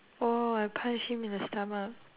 oh I punch him in the stomach